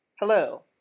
Hello